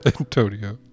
Antonio